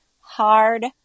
hard